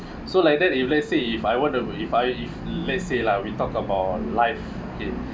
so like that if let's say if I want to if I if let's say lah we talk about life okay